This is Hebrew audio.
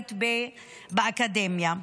מגדרית באקדמיה,